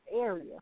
area